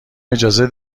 اجازه